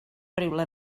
rywle